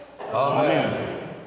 Amen